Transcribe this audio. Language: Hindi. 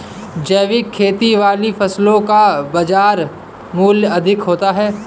जैविक खेती वाली फसलों का बाज़ार मूल्य अधिक होता है